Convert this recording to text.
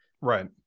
Right